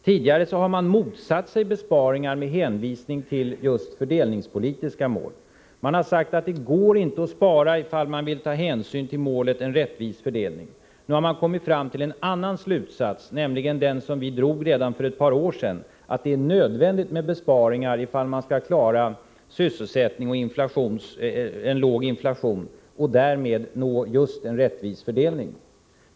Tidigare har man motsatt sig besparingar med hänvisning till just fördelningspolitiska mål. Man har sagt att det inte går att spara om man vill ta hänsyn till målet en rättvis fördelning. Nu har man kommit fram till en annan slutsats, nämligen den som vi drog redan för ett par år sedan: att det är nödvändigt med besparingar om man skall klara sysselsättning och låg inflation och därmed nå just en rättvis fördelning.